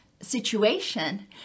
situation